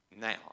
now